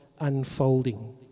unfolding